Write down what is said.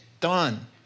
done